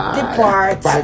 depart